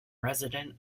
resident